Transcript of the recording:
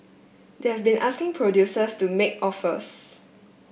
they've been asking producers to make offers